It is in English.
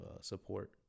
support